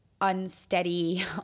unsteady